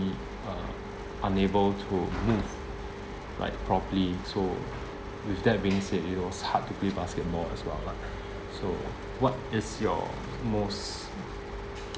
uh unable to move like properly so with that being said it was hard to play basketball as well lah so what is your most